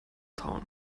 town